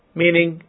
meaning